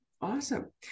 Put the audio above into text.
Awesome